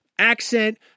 Accent